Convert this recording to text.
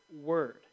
word